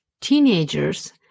Teenagers